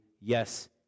yes